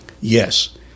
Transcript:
Yes